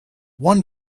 one